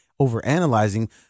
overanalyzing